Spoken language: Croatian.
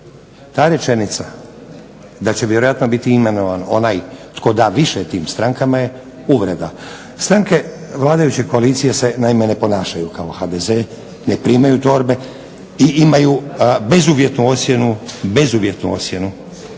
Ta rečenica da će vjerojatno biti imenovan onaj tko da više tim strankama je uvreda. Stranke vladajuće koalicije se naime ne ponašaju kao HDZ ne primaju torbe i imaju bezuvjetnu ocjenu, bezuvjetnu ocjenu